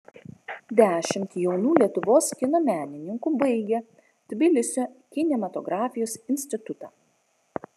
dešimt jaunų lietuvos kino menininkų baigė tbilisio kinematografijos institutą